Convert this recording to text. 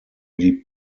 die